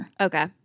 Okay